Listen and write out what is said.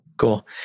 Cool